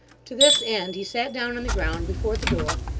to this end, he sat down on the ground before the door,